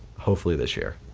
hopefully this year.